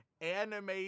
anime